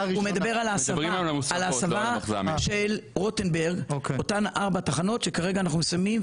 הוא מדבר על ההסבה של רוטנברג אותן ארבע תחנות שכרגע אנחנו מסיימים,